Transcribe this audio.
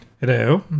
hello